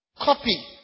Copy